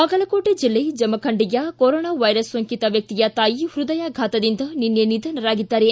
ಬಾಗಲಕೋಟೆ ಜಿಲ್ಲೆ ಜಮಖಂಡಿಯ corona virus ಸೋಂಕಿತ ವ್ಯಕ್ತಿಯ ತಾಯಿ ಪೃದಯಾಘಾತದಿಂದ ನಿನ್ನೆ ನಿಧನರಾಗಿದ್ದಾರೆ